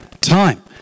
time